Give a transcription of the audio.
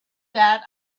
that